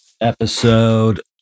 Episode